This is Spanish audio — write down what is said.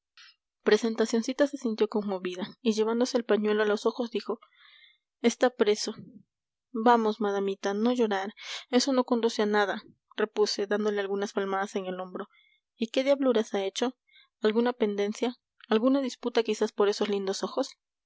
mí presentacioncita se sintió conmovida y llevándose el pañuelo a los ojos dijo está preso vamos madamita no llorar eso no conduce a nada repuse dándole algunas palmadas en el hombro y qué diabluras ha hecho alguna pendencia alguna disputa quizás por esos lindos ojos